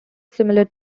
similar